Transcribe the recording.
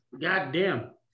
goddamn